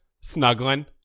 Snuggling